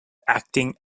acting